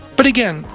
but again,